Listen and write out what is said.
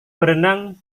berenang